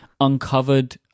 uncovered